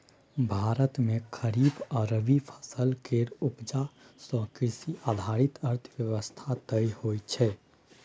भारत मे खरीफ आ रबी फसल केर उपजा सँ कृषि आधारित अर्थव्यवस्था तय होइ छै